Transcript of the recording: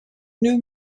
new